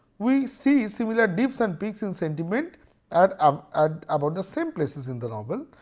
we see similar dips and peaks in sentiment at um at about the same places in the novel,